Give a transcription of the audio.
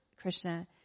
Krishna